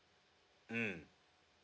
mm